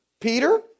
Peter